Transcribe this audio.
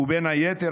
ובין היתר,